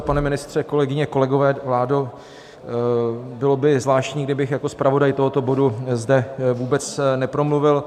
Pane ministře, kolegyně, kolegové, vládo, bylo by zvláštní, kdybych jako zpravodaj tohoto bodu zde vůbec nepromluvil.